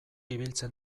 ibiltzen